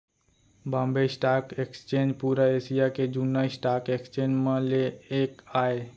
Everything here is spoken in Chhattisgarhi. बॉम्बे स्टॉक एक्सचेंज पुरा एसिया के जुन्ना स्टॉक एक्सचेंज म ले एक आय